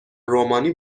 رومانی